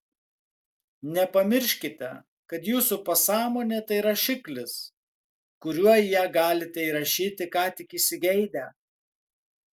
nepamirškite kad jūsų pasąmonė tai rašiklis kuriuo į ją galite įrašyti ką tik įsigeidę